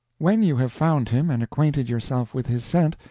when you have found him and acquainted yourself with his scent,